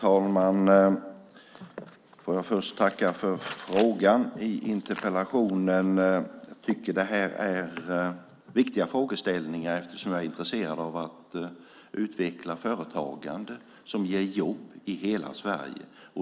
Herr talman! Jag vill tacka för interpellationen. Jag tycker att det här är viktiga frågeställningar eftersom jag är intresserad av att utveckla företagande som ger jobb i hela Sverige.